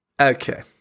Okay